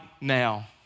now